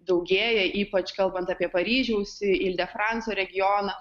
daugėja ypač kalbant apie paryžiaus il de franco regioną